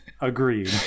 Agreed